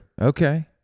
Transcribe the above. Okay